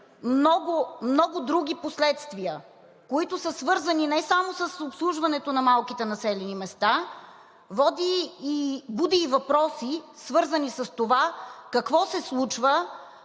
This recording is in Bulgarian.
много други последствия, които са свързани не само с обслужването на малките населени места, води и буди въпроси, свързани с това какво се случва,